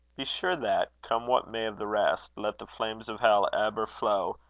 be sure that, come what may of the rest, let the flames of hell ebb or flow,